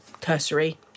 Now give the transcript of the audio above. cursory